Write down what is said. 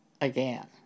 again